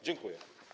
Dziękuję.